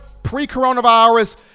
Pre-coronavirus